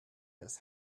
his